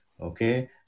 Okay